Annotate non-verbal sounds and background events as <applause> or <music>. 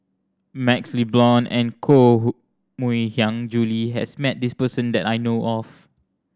MaxLe Blond and Koh <hesitation> Mui Hiang Julie has met this person that I know of